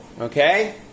Okay